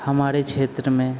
हमारे क्षेत्र में